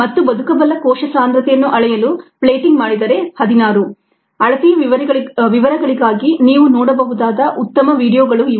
ಮತ್ತು ಬದುಕಬಲ್ಲ ಕೋಶ ಸಾಂದ್ರತೆಯನ್ನು ಅಳೆಯಲು ಪ್ಲೇಟಿಂಗ್ ಮಾಡಿದರೆ ಹದಿನಾರು ಅಳತೆಯ ವಿವರಗಳಿಗಾಗಿ ನೀವು ನೋಡಬಹುದಾದ ಉತ್ತಮ ವೀಡಿಯೊಗಳು ಇವು